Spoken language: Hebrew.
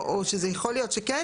או שזה יכול להיות שכן,